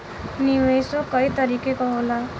निवेशो कई तरीके क होला